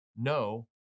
no